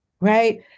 Right